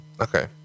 Okay